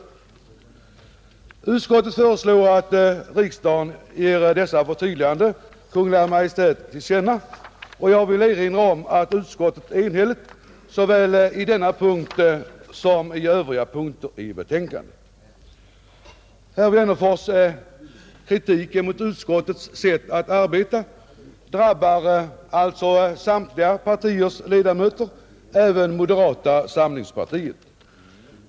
Utskottet föreslår att riksdagen ger detta förtydligande Kungl. Maj:t till känna. Jag vill erinra om att utskottet är enigt såväl i denna som i övriga punkter i betänkandet. Herr Wennerfors” kritik mot utskottets sätt att arbeta drabbar alltså samtliga partiers ledmöter, även moderata samlingspartiets.